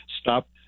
stop